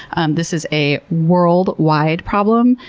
and this is a worldwide problem.